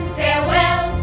farewell